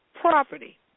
property